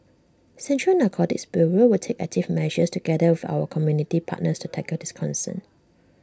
central narcotics bureau will take active measures together with our community partners to tackle this concern